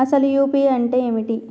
అసలు యూ.పీ.ఐ అంటే ఏమిటి?